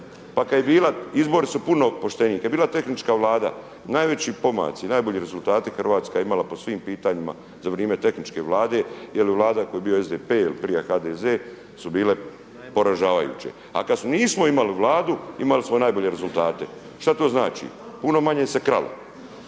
Pa kad je bila, izbori su puno pošteniji. Kad je bila tehnička Vlada, najveći pomaci, najbolji rezultati Hrvatska je imala po svim pitanjima za vrijeme tehničke Vlade jer Vlada u kojoj je bio SDP ili prije HDZ su bile poražavajuće. A kad nismo imali Vladu imali smo najbolje rezultate. Šta to znači? Puno manje se kralo.